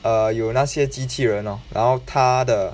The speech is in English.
err 有哪些机器人 orh 然后他的